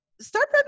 start